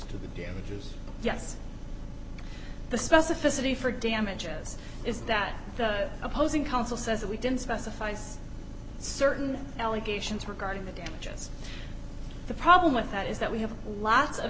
to the damages yes the specificity for damages is that the opposing counsel says that we didn't specifies certain allegations regarding the damages the problem with that is that we have lots of